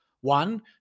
One